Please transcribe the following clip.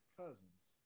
cousins